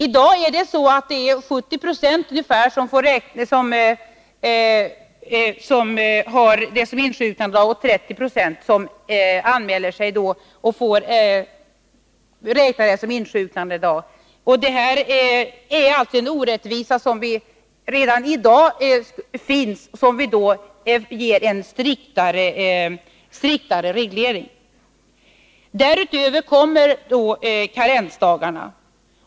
I dag är det ungefär 70 Yo som inte får ersättning för insjuknandedagen och ca 30 26 som anmäler sig dagen före insjuknandet och får räkna den dagen som insjuknandedag. Detta är en orättvisa som finns i dag och som vi ger en rättvisare utformning. Därutöver kommer karensdagarna.